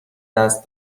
دست